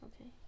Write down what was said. okay